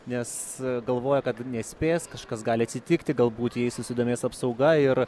nes galvoja kad nespės kažkas gali atsitikti galbūt jais susidomės apsauga ir